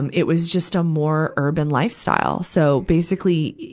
and it was just a more urban lifestyle. so, basically,